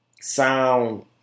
sound